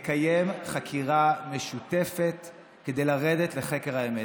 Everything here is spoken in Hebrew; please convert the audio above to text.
לקיים חקירה משותפת כדי לרדת לחקר האמת.